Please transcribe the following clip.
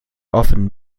often